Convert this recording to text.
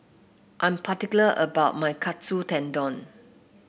I am particular about my Katsu Tendon